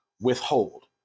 withhold